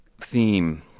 theme